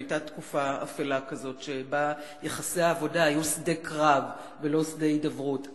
היתה תקופה אפלה כזאת שבה יחסי העבודה היו שדה קרב ולא שדה הידברות.